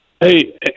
Hey